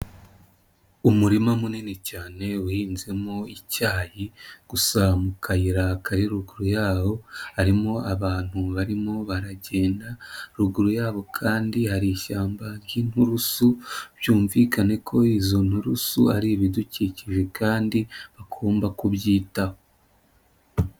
mUurima munini cyane uhinzemo icyayi gusa mu kayira kari ruguru y'aho harimo abantu barimo baragenda, ruguru yabo kandi hari ishyamba ry'inkurusu byumvikane ko izo nturusu ari ibidukikije kandi bagomba kubyitaho.